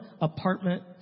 apartment